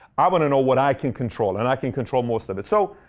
i want to know what i can control and i can control most of it. so,